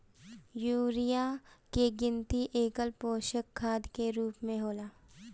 urea के गिनती एकल पोषक खाद के रूप में होला